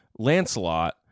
lancelot